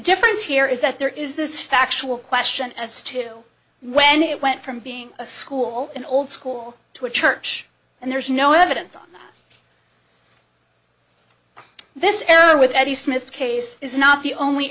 difference here is that there is this factual question as to when it went from being a school an old school to a church and there's no evidence on this error with any smith's case is not the only